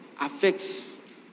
affects